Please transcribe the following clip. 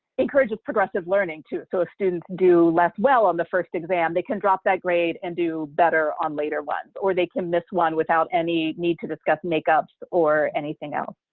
encourages progressive learning, so students do less well on the first exam, they can drop that grade and do better on later ones, or they can miss one without any need to discuss makeups or anything else.